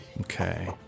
Okay